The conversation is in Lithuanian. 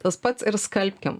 tas pats ir skalbkim